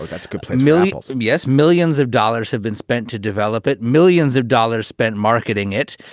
that's completely millennials. yes, millions of dollars have been spent to develop it. millions of dollars spent marketing it.